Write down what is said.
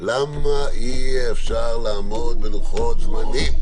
למה אי-אפשר לעמוד בלוחות זמנים?